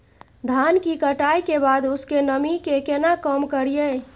धान की कटाई के बाद उसके नमी के केना कम करियै?